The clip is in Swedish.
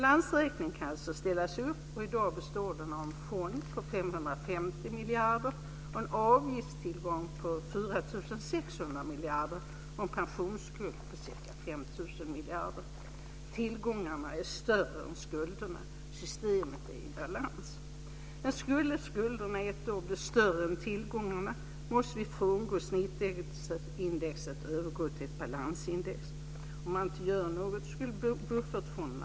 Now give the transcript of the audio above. Balansräkning kan alltså ställas upp och i dag består den av en fond på 550 miljarder, en avgiftstillgång på 4 600 miljarder och en pensionsskuld på ca 5 000 miljarder. Tillgångarna är större än skulderna. Systemet är i balans. Men skulle skulderna ett år bli större än tillgångarna måste vi frångå snittindexet och övergå till ett balansindex. Om man inte gör något skulle buffertfonden tömmas.